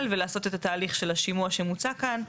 ולעשות את התהליך של השימוע שמוצע כאן.